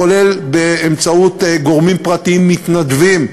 כולל באמצעות גורמים פרטיים מתנדבים,